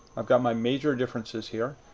i've got my major differences here.